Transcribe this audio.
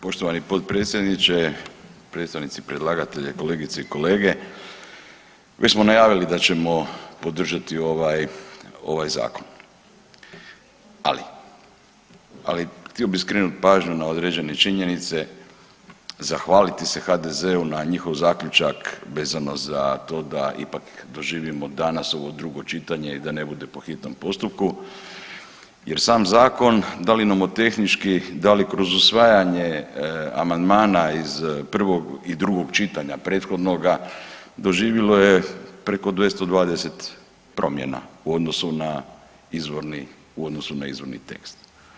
Poštovani potpredsjedniče, predstavnici predlagatelja i kolegice i kolege, mi smo najavili da ćemo podržati ovaj, ovaj zakon ali htio bih skrenuti pažnju na određene činjenice, zahvaliti se HDZ-u na njihov zaključak vezano za to da ipak doživimo danas ovo drugo čitanje i da ne bude po hitnom postupku jer sam zakon da li nomotehnički, da li kroz usvajanje amandmana iz prvog i drugog čitanja prethodnoga doživilo je preko 220 promjena u odnosu na izvorni, u odnosu na izvorni tekst.